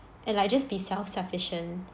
and like just be self-sufficient